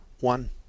one